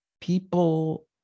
people